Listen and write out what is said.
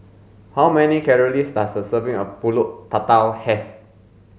how many calories does a serving of pulut tatal have